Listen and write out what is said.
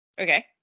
Okay